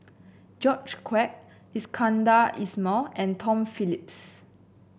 George Quek Iskandar Ismail and Tom Phillips